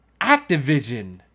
Activision